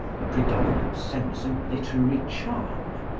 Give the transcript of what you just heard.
a predominant sense of literary charm,